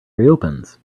reopens